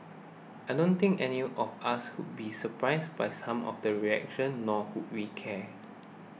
I don't think anyone of us would be surprised by some of the reaction nor would we cared